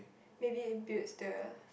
maybe it builds the